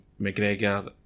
McGregor